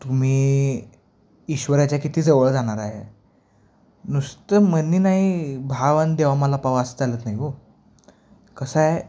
तुम्ही ईश्वराच्या किती जवळ जाणार आहे नुसतं मनी नाही भाव आणि देवा मला पाव असं चालत नाही हो कसं आहे